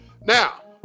Now